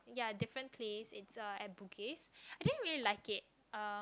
ya different place it's uh at Bugis I didn't really like it um